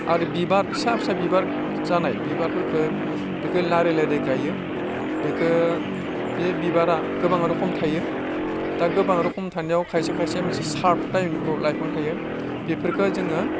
आरो बिबार फिसा फिसा बिबार जानाय बिबारफोरखौ बेखौ लारि लारि गायो बेखो बे बिबारा गोबां रोखोम थायो दा गोबां रोखोम थानायाव खायसे खायसे मोनसे चार्पटाइन ब लाइफां थायो बेफोरखौ जोङो